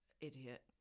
Idiot